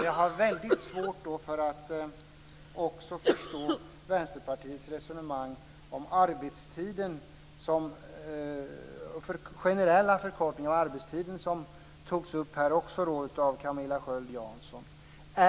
Jag har också väldigt svårt att förstå Vänsterpartiets resonemang om generell förkortning av arbetstiden, som också togs upp här av Camilla Sköld Jansson.